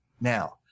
Now